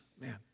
Man